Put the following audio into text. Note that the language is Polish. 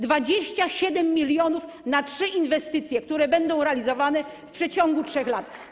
27 mln na trzy inwestycje, które będą realizowane w przeciągu 3 lat.